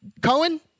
Cohen